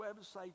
website